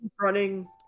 running